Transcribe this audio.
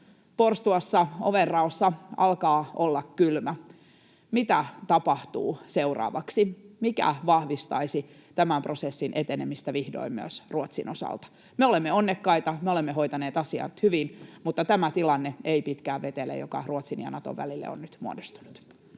Porstuassa ovenraossa alkaa olla kylmä. Mitä tapahtuu seuraavaksi? Mikä vahvistaisi tämän prosessin etenemistä vihdoin myös Ruotsin osalta? Me olemme onnekkaita, me olemme hoitaneet asiat hyvin, mutta tämä tilanne ei pitkään vetele, joka Ruotsin ja Naton välille on nyt muodostunut.